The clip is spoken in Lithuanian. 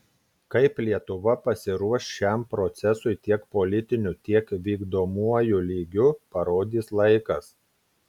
kaip lietuva pasiruoš šiam procesui tiek politiniu tiek vykdomuoju lygiu parodys laikas